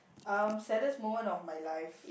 um saddest moment of my life